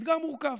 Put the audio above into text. אתגר מורכב.